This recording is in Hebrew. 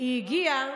היא הגיעה,